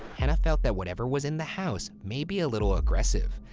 hannah felt that whatever was in the house may be a little aggressive,